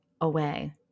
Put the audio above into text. away